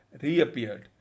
reappeared